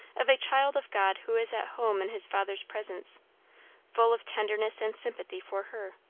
of a child of god who is at home in his father's presence full of tenderness and sympathy for her.